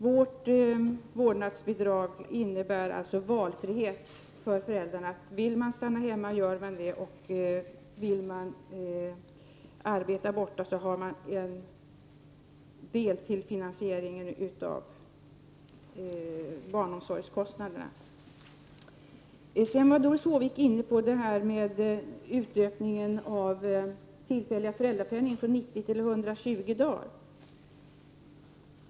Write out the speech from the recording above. Vårt vårdnadsbidrag innebär valfrihet för föräldrarna. Vill man stanna hemma gör man det. Vill man arbeta borta har man ett bidrag till finansieringen av barnomsorgskostnaderna. Doris Håvik var sedan inne på utökningen av den tillfälliga föräldrapenningen från 90 till 120 dagar.